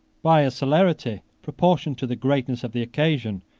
by a celerity proportioned to the greatness of the occasion,